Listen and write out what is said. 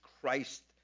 Christ